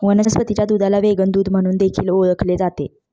वनस्पतीच्या दुधाला व्हेगन दूध म्हणून देखील ओळखले जाते